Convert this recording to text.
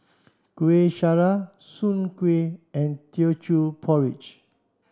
Kueh Syara Soon Kuih and Teochew Porridge